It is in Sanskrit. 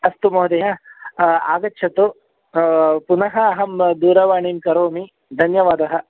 अस्तु महोदय आगच्छतु पुनः अहं दूरवाणीं करोमि धन्यवादः